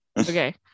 okay